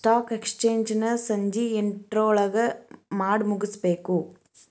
stock exchange ನ ಸಂಜಿ ಎಂಟ್ರೊಳಗಮಾಡಿಮುಗ್ಸ್ಬೇಕು